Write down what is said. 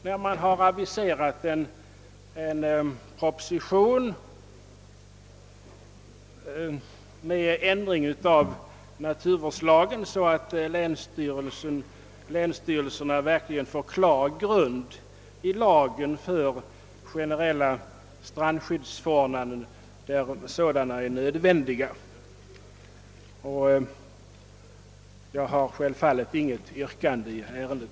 Man har nämligen aviserat en proposition med förslag till ändring av naturvårdslagen, så att länsstyrelserna verkligen får klar grund i lagen för generella — strandskyddsförordnanden, där sådana är nödvändiga. Herr talman! Jag har självfallet inget yrkande i ärendet.